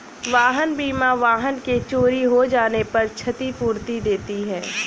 वाहन बीमा वाहन के चोरी हो जाने पर क्षतिपूर्ति देती है